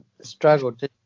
struggled